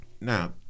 Now